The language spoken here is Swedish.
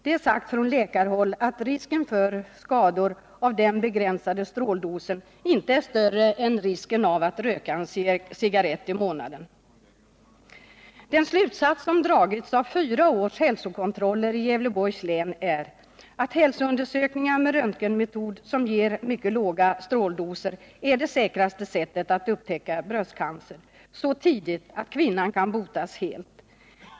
Det är sagt från läkarhåll att risken för skador av den begränsade stråldosen inte är större än risken av att röka en cigarrett i månaden. Den slutsats som har dragits av fyra års hälsokontroller i Gävleborgs län är att hälsoundersökningar med röntgenmetod som ger mycket låga stråldoser är det säkraste sättet att upptäcka bröstcancer så tidigt att kvinnan kan botas helt.